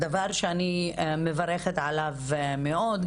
הדבר שאני מברכת עליו מאוד,